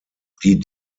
die